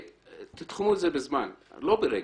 תתחמו את זה בזמן ולא ברגע.